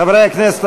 חברי הכנסת,